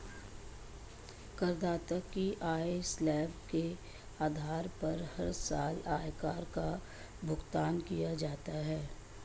करदाता की आय स्लैब के आधार पर हर साल आयकर का भुगतान किया जाता है